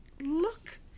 look